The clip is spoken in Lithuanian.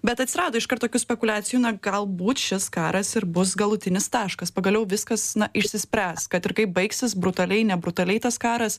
bet atsirado iškart tokių spekuliacijų na galbūt šis karas ir bus galutinis taškas pagaliau viskas išsispręs kad ir kaip baigsis brutaliai nebrutaliai tas karas